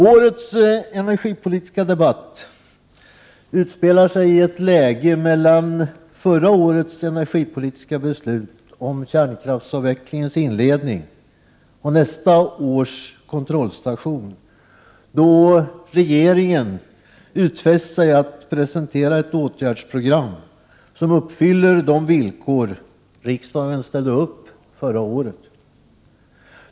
Årets energipolitiska debatt utspelar sig i ett läge mellan förra årets energipolitiska beslut om kärnkraftsavvecklingens inledning och nästa års kontrollstation, då regeringen utfäst sig att presentera ett åtgärdsprogram, som uppfyller de villkor riksdagen ställde upp förra året.